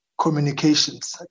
communications